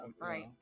right